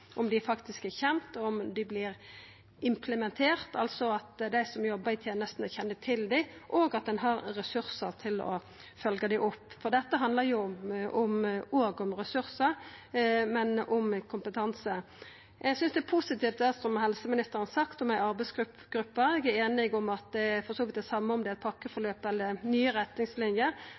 er kjende, om dei vert implementerte, altså at dei som jobbar i tenestene, kjenner til dei, og at ein har ressursar til å følgja dei opp. For dette handlar om ressursar, men også om kompetanse. Eg synest det er positivt det som helseministeren har sagt om ei arbeidsgruppe. Eg er einig i at det for så vidt er det same om det er eit pakkeforløp eller nye retningslinjer,